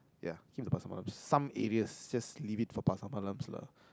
ya keep for Pasar Malam some areas just leave it for Pasar Malams lah